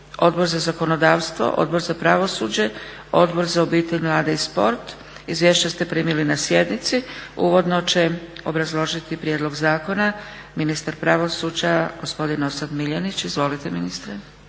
Odbor za zakonodavstvo, Odbor za pravosuđe, Odbor za obitelj, mlade i sport. Izvješća ste primili na sjednici. Uvodno će obrazložiti prijedlog zakona ministar pravosuđa gospodin Orsat Miljenić. Izvolite ministre.